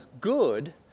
good